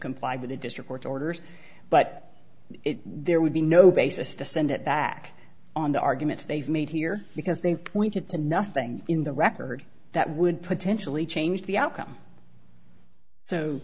complied with the district orders but it there would be no basis to send it back on the arguments they've made here because they've pointed to nothing in the record that would potentially change the outcome so